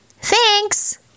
Thanks